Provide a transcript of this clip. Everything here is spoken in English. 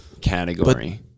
category